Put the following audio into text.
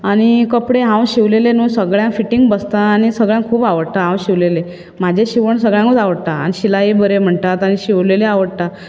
आनी कपडे हांव शिवलेलें न्ही सगळ्यांक फिटींग बसता आनी सगळ्यांक खूब आवडटा हांव शिवलेलें म्हजें शिवण सगळ्यांकूच आवडटा सिलाय बरें म्हणटा आनी शिवलेलें आवडटा